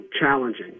challenging